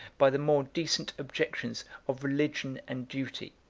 by the more decent objections of religion and duty.